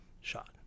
shot